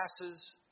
passes